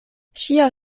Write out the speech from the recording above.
ŝia